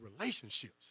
relationships